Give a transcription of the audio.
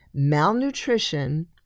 Malnutrition